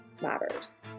matters